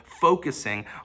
focusing